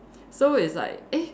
so it's like eh